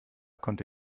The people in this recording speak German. konnte